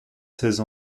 seize